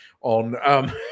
on